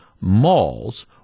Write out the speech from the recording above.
malls